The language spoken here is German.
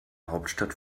hauptstadt